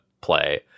play